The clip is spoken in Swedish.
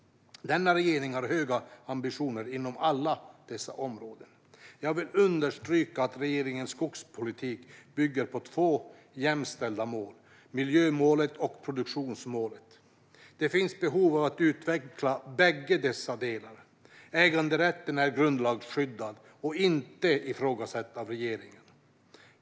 Denna regering har höga ambitioner inom alla dessa områden. Jag vill understryka att regeringens skogspolitik bygger på två jämställda mål: miljömålet och produktionsmålet. Det finns behov av att utveckla bägge dessa delar. Äganderätten är grundlagsskyddad och inte ifrågasatt av regeringen.